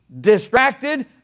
distracted